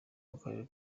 w’akarere